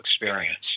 experience